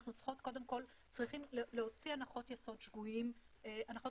אנחנו צריכים קודם כול להוציא הנחות יסוד שגויות שקיימות